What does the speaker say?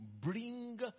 bring